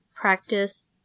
practice